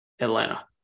atlanta